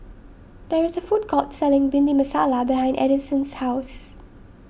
there is a food court selling Bhindi Masala behind Edison's house